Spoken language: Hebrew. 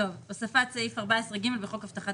הוספת סעיף 14ג. בחוק הבטחת